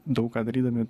daug ką darydami